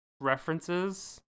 references